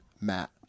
Matt